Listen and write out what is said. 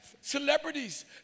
celebrities